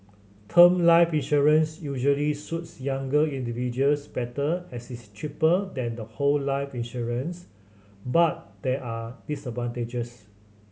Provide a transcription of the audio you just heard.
term life insurance usually suits younger individuals better as it's cheaper than the whole life insurance but there are disadvantages